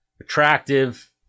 attractive-